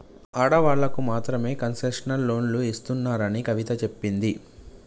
ఆడవాళ్ళకు మాత్రమే కన్సెషనల్ లోన్లు ఇస్తున్నారని కవిత చెప్పింది